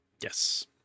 Yes